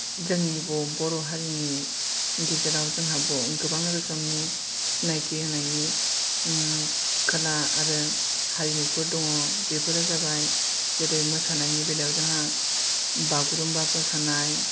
जोंनि बर' हारिनि गेजेराव जोंहा गोबां रोखोमनि सिनायथि होनायनि ओम खला आरो हारिमुफोर दङ बेफोरो जाबाय जेरै मोसानायनि बेलायाव जोंहा बागुरुम्बा मोसानाय